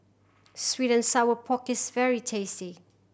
sweet and sour pork is very tasty